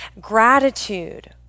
gratitude